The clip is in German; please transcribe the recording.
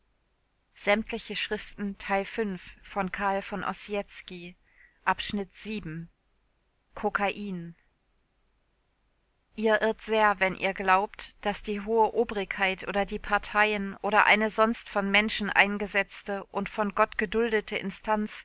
kokain ihr irrt sehr wenn ihr glaubt daß die hohe obrigkeit oder die parteien oder eine sonst von menschen eingesetzte und von gott geduldete instanz